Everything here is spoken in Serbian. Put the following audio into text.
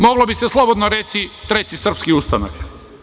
Moglo bi se slobodno reći treći srpski ustanak.